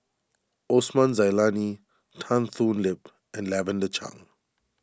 Osman Zailani Tan Thoon Lip and Lavender Chang